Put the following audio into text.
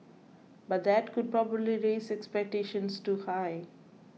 but that could probably raise expectations too high